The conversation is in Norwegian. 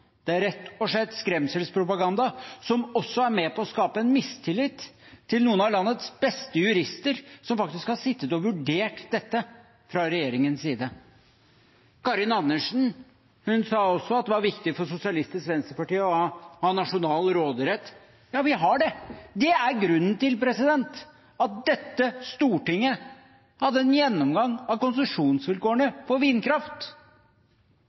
Det er rett og slett skremselspropaganda som også er med på å skape en mistillit til noen av landets beste jurister, som faktisk har sittet og vurdert dette fra regjeringens side. Karin Andersen sa at det var viktig for Sosialistisk Venstreparti å ha nasjonal råderett. Ja, vi har det. Det er grunnen til at dette Stortinget hadde en gjennomgang av konsesjonsvilkårene for vindkraft.